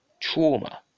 trauma